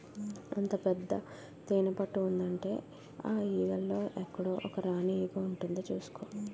అంత పెద్ద తేనెపట్టు ఉందంటే ఆ ఈగల్లో ఎక్కడో ఒక రాణీ ఈగ ఉంటుంది చూసుకో